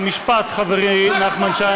חברי נחמן שי,